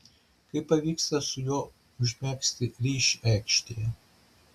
kaip pavyksta su juo užmegzti ryšį aikštėje